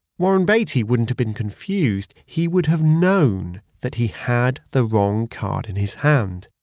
warren beatty wouldn't have been confused, he would have known that he had the wrong card in his hand.